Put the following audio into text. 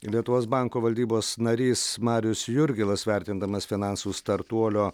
lietuvos banko valdybos narys marius jurgilas vertindamas iš finansų startuolio